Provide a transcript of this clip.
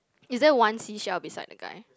is there one seashell beside the guy